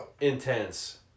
Intense